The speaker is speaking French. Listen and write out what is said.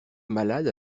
malades